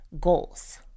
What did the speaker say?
goals